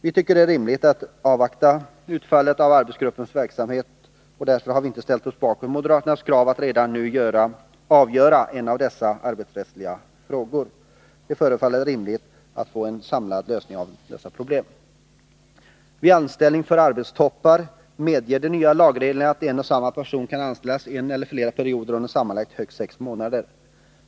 Vi tycker att det är rimligt att avvakta utfallet av arbetsgruppens verksamhet. Därför har vi inte ställt oss bakom moderaternas krav att en av dessa arbetsrättsliga frågor skall avgöras redan nu. Det förefaller rimligt att få en samlad lösning av dessa problem. De nya lagreglerna medger att vid anställning för arbetstoppar en och samma person kan anställas i en eller flera perioder under sammanlagt högst sex månader.